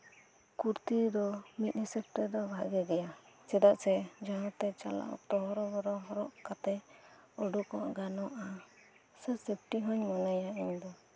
ᱠᱩᱨᱛᱤ ᱫᱚ ᱢᱤᱫ ᱦᱤᱥᱟᱹᱵ ᱛᱮᱫᱚ ᱵᱷᱟᱜᱮ ᱜᱮᱭᱟ ᱪᱮᱫᱟᱜ ᱥᱮ ᱡᱟᱦᱟᱸᱛᱮ ᱪᱟᱞᱟᱜ ᱚᱠᱛᱚ ᱦᱚᱨᱚᱵᱚᱨᱚ ᱦᱚᱨᱚᱜ ᱠᱟᱛᱮ ᱩᱰᱩᱠᱚᱜ ᱜᱟᱱᱚᱜᱼᱟ ᱥᱮ ᱥᱮᱯᱴᱤ ᱦᱩᱸᱧ ᱢᱚᱱᱮᱭᱟ ᱤᱧ ᱫᱚ